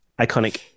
iconic